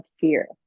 fear